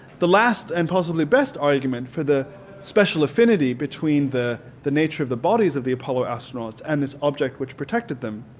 the last and possibly best argument for the special affinity between the the nature of the bodies of the apollo astronauts and this object which protected them